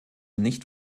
nicht